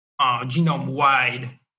genome-wide